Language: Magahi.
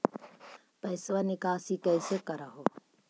पैसवा निकासी कैसे कर हो?